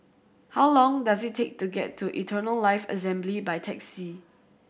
how long does it take to get to Eternal Life Assembly by taxi